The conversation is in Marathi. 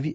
व्ही